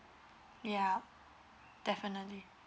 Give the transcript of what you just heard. ya definitely